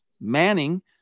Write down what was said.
Manning